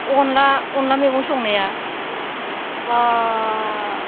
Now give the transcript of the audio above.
अनला अनला मैगं संनाया बा